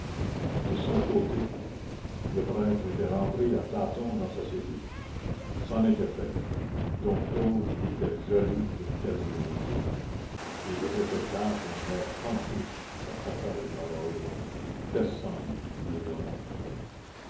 de son côté le prêtre était rentré à tâtons dans sa cellule c'en était fait dom claude était jaloux de quasimodo il répéta d'un air pensif sa fatale parole personne ne l'aura